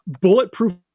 bulletproof